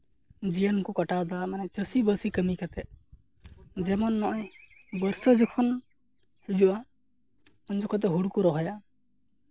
ᱡᱤᱭᱚᱱ ᱠᱚ ᱠᱟᱴᱟᱣᱮᱫᱟ ᱢᱟᱱᱮ ᱪᱟᱹᱥᱤᱼᱵᱟᱹᱥᱤ ᱠᱟᱹᱢᱤ ᱠᱟᱛᱮᱫ ᱡᱮᱢᱚᱱ ᱱᱚᱸᱜᱼᱚᱭ ᱵᱚᱨᱥᱟ ᱡᱚᱠᱷᱚᱱ ᱦᱤᱡᱩᱜᱼᱟ ᱩᱱ ᱡᱚᱠᱷᱚᱱ ᱫᱚ ᱦᱩᱲᱩ ᱠᱚ ᱨᱚᱦᱚᱭᱟ